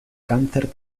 cáncer